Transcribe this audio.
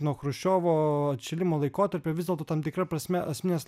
nuo chruščiovo atšilimo laikotarpio vis dėlto tam tikra prasme asmeninės